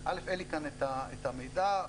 כאן את המידע.